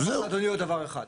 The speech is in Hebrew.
אני אגיד לאדוני עוד דבר אחד,